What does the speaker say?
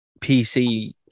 PC